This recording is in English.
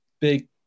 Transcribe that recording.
big